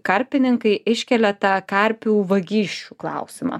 karpininkai iškelia tą karpių vagysčių klausimą